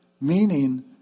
meaning